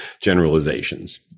generalizations